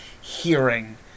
hearing